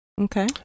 Okay